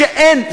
אין,